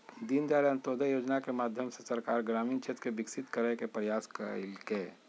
दीनदयाल अंत्योदय योजना के माध्यम से सरकार ग्रामीण क्षेत्र के विकसित करय के प्रयास कइलके